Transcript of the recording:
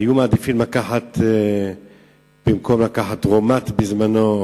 היו מעדיפים, במקום לקחת רומ"ט, בזמנו,